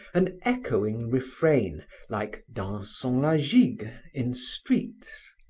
an echoing refrain like dansons la gigue in streets.